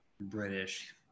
British